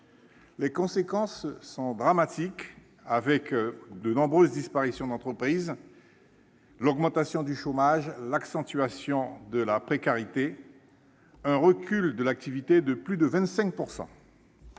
Les conséquences sont dramatiques : nombreuses disparitions d'entreprises, augmentation du chômage, accentuation de la précarité, recul de l'activité de plus de 25